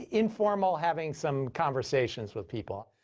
informal, having some conversations with people.